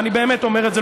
ואני באמת אומר את זה,